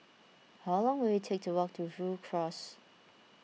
how long will it take to walk to Rhu Cross